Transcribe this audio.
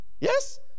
Yes